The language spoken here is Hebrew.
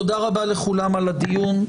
תודה רבה לכולם על הדיון,